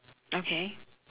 okay